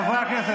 חברי הכנסת.